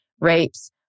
rapes